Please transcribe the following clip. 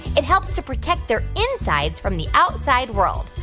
it helps to protect their insides from the outside world.